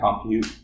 compute